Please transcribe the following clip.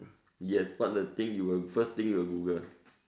yes what the thing you will first thing you will Google